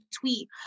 tweet